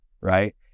right